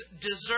deserve